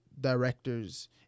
directors